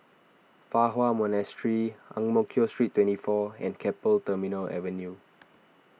Fa Hua Monastery Ang Mo Kio Street twenty four and Keppel Terminal Avenue